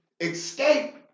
escape